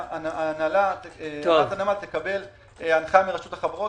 הנהלת הנמל תקבל הנחיה מרשות החברות.